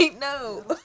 No